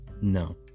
no